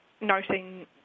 noting